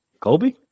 Kobe